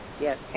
yes